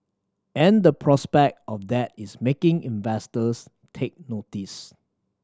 and the prospect of that is making investors take notice